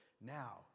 now